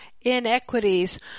inequities